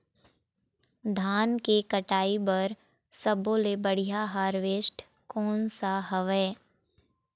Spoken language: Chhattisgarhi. धान के कटाई बर सब्बो ले बढ़िया हारवेस्ट कोन सा हवए?